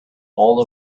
all